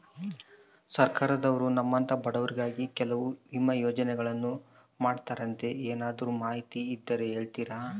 ಸರ್ಕಾರದವರು ನಮ್ಮಂಥ ಬಡವರಿಗಾಗಿ ಕೆಲವು ವಿಮಾ ಯೋಜನೆಗಳನ್ನ ಮಾಡ್ತಾರಂತೆ ಏನಾದರೂ ಮಾಹಿತಿ ಇದ್ದರೆ ಹೇಳ್ತೇರಾ?